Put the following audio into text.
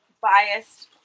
biased